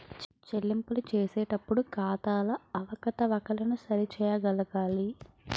చెల్లింపులు చేసేటప్పుడు ఖాతాల అవకతవకలను సరి చేయగలగాలి